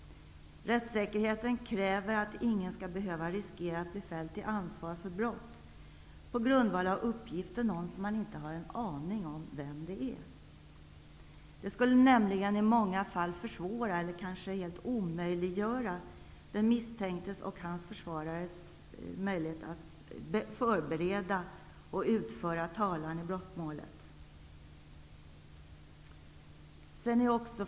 Rättssäkerheten kräver att ingen skall behöva riskera att bli fälld till ansvar för brott på grundval av uppgifter från någon som man inte vet vem det är. Det skulle nämligen i många fall försvåra eller helt omöjliggöra för den misstänkte och dennes försvarare att förbereda och utföra talan i brottmålet.